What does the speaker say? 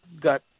got